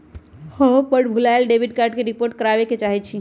हम अपन भूलायल डेबिट कार्ड के रिपोर्ट करावे के चाहई छी